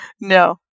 No